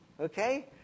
okay